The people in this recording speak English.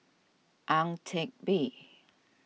Ang Teck Bee